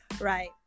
right